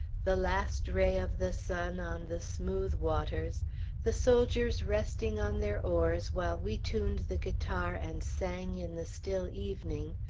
the last ray of the sun on the smooth waters the soldiers resting on their oars while we tuned the guitar and sang in the still evening,